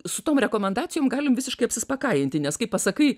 su tom rekomendacijom galim visiškai apsispakajinti nes kai pasakai